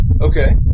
Okay